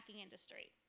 industry